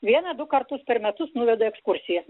vieną du kartus per metus nuveda ekskursiją